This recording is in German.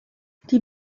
die